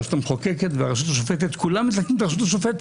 הרשות המחוקקת והרשות השופטת כולם --- את הרשות השופטת.